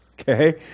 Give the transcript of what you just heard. okay